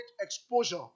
exposure